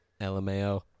LMAO